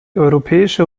europäische